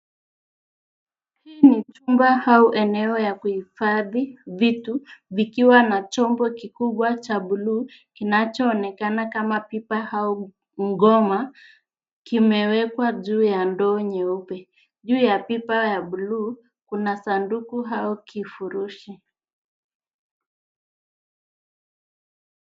Hii ni chumba au eneo la kuhifadhi vitu, vikiwa na chombo kikubwa cha buluu kinachoonekana kama pipa au bungoma, kimewekwa juu ya ndoo nyeupe. Juu ya pipa ya buluu, kuna sanduku au kifurushi.